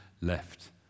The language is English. left